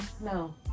No